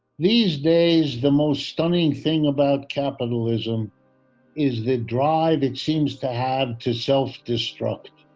these days, the most stunning thing about capitalism is the drive it seems to have to self-destruct.